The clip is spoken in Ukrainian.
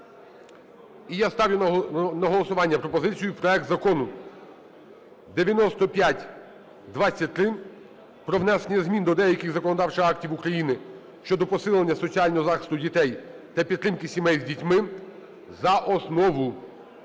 І я ставлю на голосування пропозицію: проект Закону 9523 "Про внесення змін до деяких законодавчих актів України щодо посилення соціального захисту дітей та підтримки сімей з дітьми" за основу.